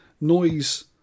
noise